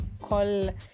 call